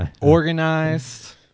organized